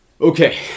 Okay